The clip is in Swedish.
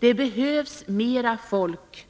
Det behövs mera folk